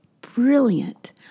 brilliant